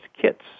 kits